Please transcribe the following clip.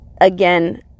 Again